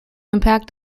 impact